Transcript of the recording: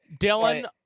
Dylan